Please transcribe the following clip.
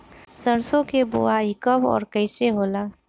सरसो के बोआई कब और कैसे होला?